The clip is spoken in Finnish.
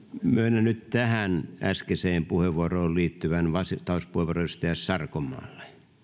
myönnän nyt tähän äskeiseen puheenvuoroon liittyvän vastauspuheenvuoron edustaja sarkomaalle